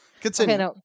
Continue